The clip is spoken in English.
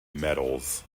medals